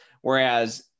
whereas